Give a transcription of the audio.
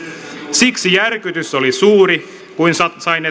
siksi järkytys oli suuri kun sain